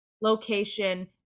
location